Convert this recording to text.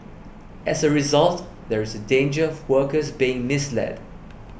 as a result there is a danger of workers being misled